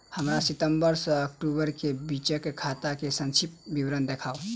हमरा सितम्बर सँ अक्टूबर केँ बीचक खाता केँ संक्षिप्त विवरण देखाऊ?